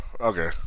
Okay